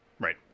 right